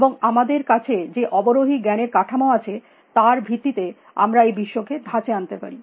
এবং আমদের কাছে যে অবরোহী জ্ঞানের কাঠামো আছে তার ভিত্তিতে আমরা এই বিশ্বকে ধাঁচে আনতে পারি